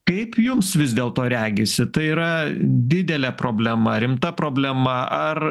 kaip jums vis dėlto regisi tai yra didelė problema rimta problema ar